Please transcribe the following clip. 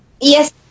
yes